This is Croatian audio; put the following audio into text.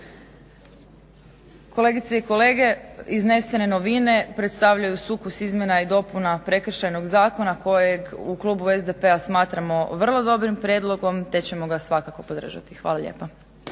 Kolegice i kolege, iznesene novine predstavljaju sukus izmjena i dopuna Prekršajnog zakona kojeg u klubu SDP-a smatramo vrlo dobrim prijedlogom te ćemo ga svakako podržati. Hvala lijepa.